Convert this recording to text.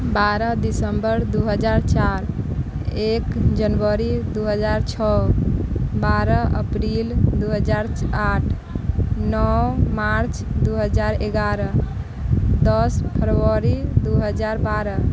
बारह दिसम्बर दू हजार चारि एक जनवरी दू हजार छओ बारह अप्रैल दू हजार आठ नओ मार्च दू हजार एगारह दस फरवरी दू हजार बारह